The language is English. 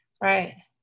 Right